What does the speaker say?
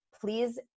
please